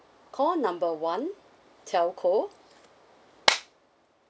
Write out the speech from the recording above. call number one telco